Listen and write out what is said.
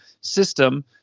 system